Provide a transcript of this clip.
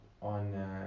on